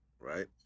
right